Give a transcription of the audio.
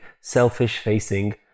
selfish-facing